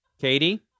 Katie